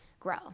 grow